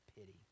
pity